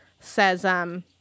says